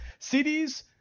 cds